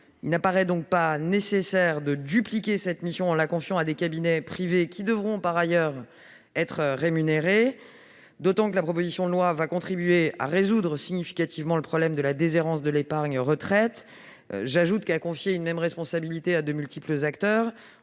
Il n'apparaît donc pas nécessaire de dupliquer cette mission en la confiant à des cabinets privés, qui devront par ailleurs être rémunérés, d'autant que la proposition de loi va contribuer à résoudre dans une mesure significative le problème de la déshérence de l'épargne retraite. De surcroît, le fait de confier une même responsabilité à de multiples acteurs